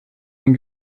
den